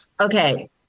Okay